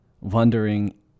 wondering